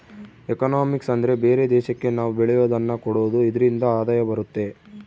economics ಅಂದ್ರೆ ಬೇರೆ ದೇಶಕ್ಕೆ ನಾವ್ ಬೆಳೆಯೋದನ್ನ ಕೊಡೋದು ಇದ್ರಿಂದ ಆದಾಯ ಬರುತ್ತೆ